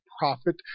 Profit